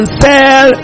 sell